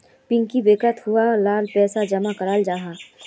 piggy बैंकोत छुआ लार पैसा जमा कराल जाहा